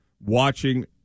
watching